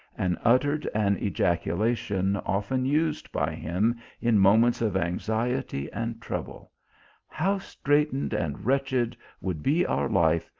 and uttered an ejaculation often used by him in moments of anxiety and trouble how straitened and wretched would be our life,